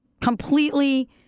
completely